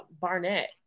Barnett